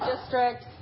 district